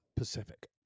pacific